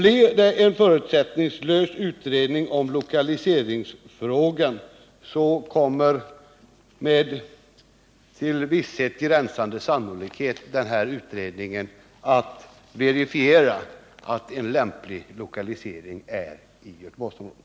Blir det en sådan förutsättningslös utredning, kommer den med till visshet gränsande sannolikhet att verifiera att Göteborgsområdet är lämpligt för en lokalisering.